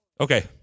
Okay